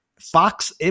Fox